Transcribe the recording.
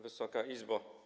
Wysoka Izbo!